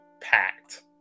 packed